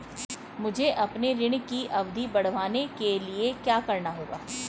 मुझे अपने ऋण की अवधि बढ़वाने के लिए क्या करना होगा?